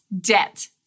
debt